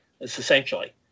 essentially